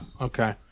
okay